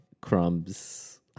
crumbs